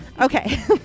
Okay